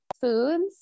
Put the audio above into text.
foods